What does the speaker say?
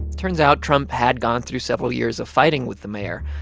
turns out, trump had gone through several years of fighting with the mayor,